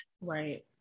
right